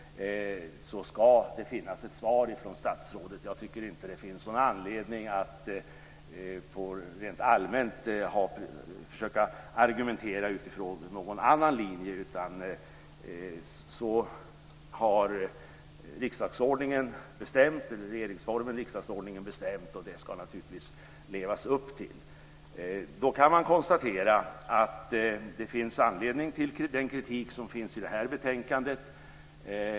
Jag tycker inte att det finns någon anledning att rent allmänt försöka argumentera utifrån någon annan linje, utan detta har fastställts i regeringsformen och riksdagsordningen, och det ska man naturligtvis leva upp till. Jag kan konstatera att det finns anledning till den kritik som finns i detta betänkande.